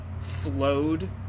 flowed